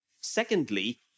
Secondly